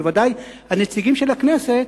בוודאי הנציגים של הכנסת,